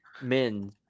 men